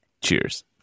cheers